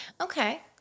Okay